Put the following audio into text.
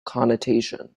connotation